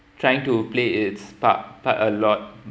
trying to play its part quite a lot